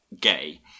gay